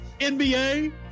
NBA